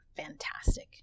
fantastic